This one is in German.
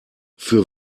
für